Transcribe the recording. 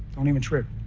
don't even trip.